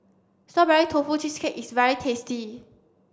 strawberry tofu cheesecake is very tasty